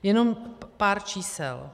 Jenom pár čísel.